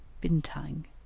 Bintang